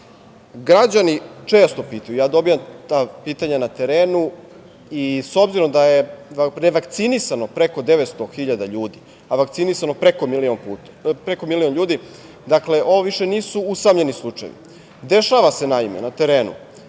često pitaju, ja dobijam ta pitanja na terenu i, s obzirom da je revakcinisano preko 900.000 ljudi, a vakcinisano preko milion ljudi, dakle, ovo više nisu usamljeni slučajevi, dešava se, naime, na terenu